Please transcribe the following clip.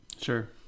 sure